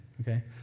okay